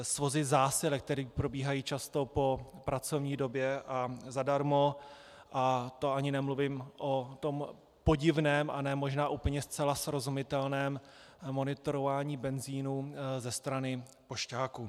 Svozy zásilek, které probíhají často po pracovní době a zadarmo, a to ani nemluvím o tom podivném a ne možná úplně zcela srozumitelném monitorování benzinu ze strany pošťáků.